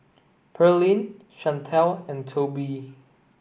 Pearline Chantelle and Toby